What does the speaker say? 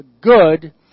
good